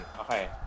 okay